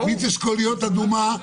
מיץ אשכולית אדומה,